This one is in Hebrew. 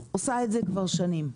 עושה את זה כבר שנים.